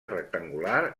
rectangular